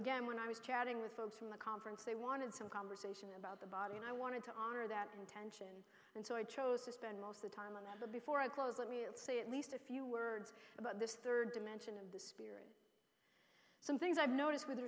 again when i was chatting with folks from the conference they wanted some conversation about the body and i wanted to honor that intent and so i chose to spend most of the time that but before i close let me say at least a few words about this third dimension and some things i've noticed with